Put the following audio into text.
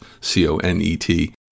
C-O-N-E-T